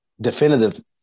Definitive